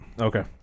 Okay